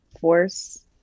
force